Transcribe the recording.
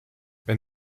wenn